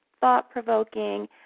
thought-provoking